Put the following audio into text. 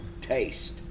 Taste